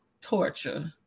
torture